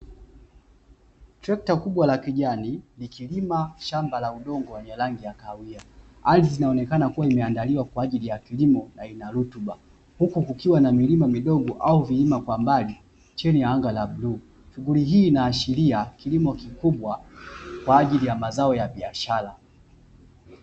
Trekta kubwa la kijani likilima shamba la udongo wenye rangi ya kahawia, ardhi inaonekana imeandaliwa kwa ajili ya kilimo na ina rutuba, huku kukiwa na milima midogo au vilima kwa mbali chini ya anga la bluu, shughuli hii inaashiria kilimo kikubwa kwa ajili ya mazao ya biashara.